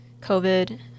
COVID